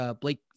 Blake